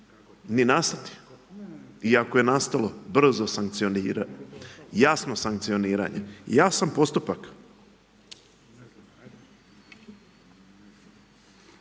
ni nastati. I ako je nastalo brzo sankcioniranje, jasno sankcioniranje. Jasan postupak.